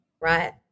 right